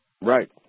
Right